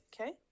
Okay